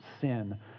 sin